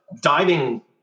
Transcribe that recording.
diving